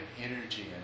energy